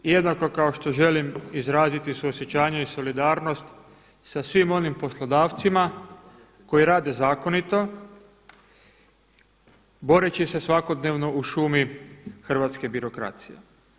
I jednako kao što želim izraziti suosjećanje i solidarnost sa svim onim poslodavcima koji rade zakonito boreći se svakodnevno u šumi hrvatske birokracije.